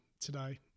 Today